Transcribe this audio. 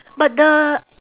but the